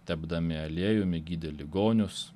tepdami aliejumi gydė ligonius